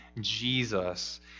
Jesus